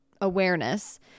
awareness